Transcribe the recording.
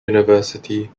university